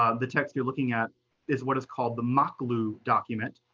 ah the text you're looking at is what is called the maqlu document.